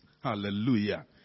Hallelujah